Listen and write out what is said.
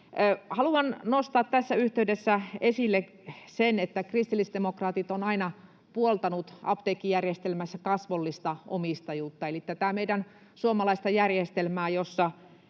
Haluan nostaa tässä yhteydessä esille sen, että kristillisdemokraatit ovat aina puoltaneet apteekkijärjestelmässä kasvollista omistajuutta eli tätä meidän suomalaista järjestelmää, jossa